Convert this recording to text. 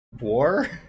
War